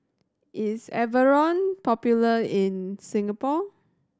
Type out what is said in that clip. is Enervon popular in Singapore